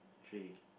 three